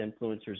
influencers